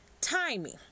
timing